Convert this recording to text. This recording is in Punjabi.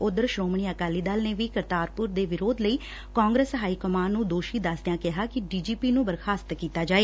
ਓਧਰ ਸ੍ਰੋਮਣੀ ਅਕਾਲੀ ਦਲ ਨੇ ਵੀ ਕਰਤਾਰਪੁਰ ਦੇ ਵਿਰੋਧ ਲਈ ਕਾਂਗਰਸ ਹਾਈਕਮਾਨ ਨੰ ਦੋਸ਼ੀ ਦਸਦਿਆਂ ਕਿਹਾ ਕਿ ਡੀ ਜੀ ਪੀ ਨੂੰ ਬਰਖ਼ਾਸਤ ਕੀਤਾ ਜਾਏ